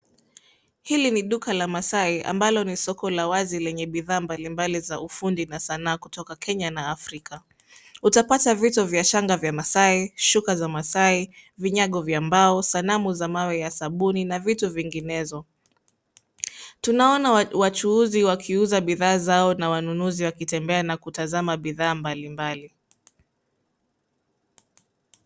Hili ni duka la Maasai ambalo ni soko la wazi, lenye bidhaa mbalimbali za ufundi na sanaa kutoka Kenya na Afrika. Utapata vito vya shanga vya Maasai, shuka za Maasai, vinyago vya mbao, sanamu za mawe ya sabuni, na vitu vinginezo. Tunaona wachuuzi wakiuza bidhaa zao na wanunuzi wakitembea na kutazama bidhaa mbali mbali.